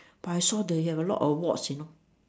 but I saw the they have a lot of awards you know